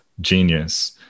genius